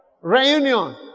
Reunion